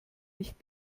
nicht